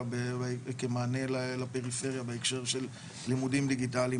כמענה לפריפריה בהקשר של לימודים דיגיטליים.